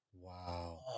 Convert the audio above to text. Wow